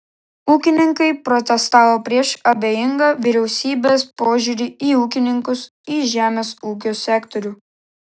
ūkininkai protestavo prieš abejingą vyriausybės požiūrį į ūkininkus į žemės ūkio sektorių